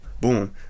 Boom